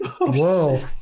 Whoa